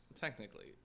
technically